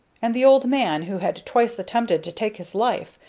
and the old man who had twice attempted to take his life,